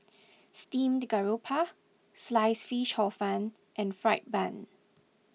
Steamed Garoupa Sliced Fish Hor Fun and Fried Bun